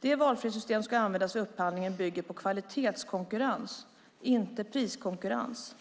Det valfrihetssystem som ska användas vid upphandlingen bygger på kvalitetskonkurrens, inte priskonkurrens.